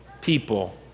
people